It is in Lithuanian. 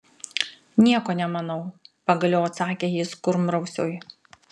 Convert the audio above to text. nieko nemanau pagaliau atsakė jis kurmrausiui